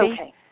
Okay